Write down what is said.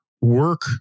work